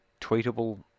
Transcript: tweetable